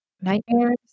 Nightmares